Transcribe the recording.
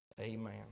amen